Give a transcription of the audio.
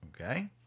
Okay